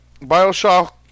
Bioshock